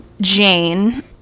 Jane